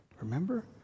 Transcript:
Remember